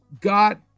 got